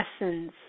essence